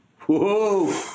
whoa